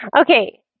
Okay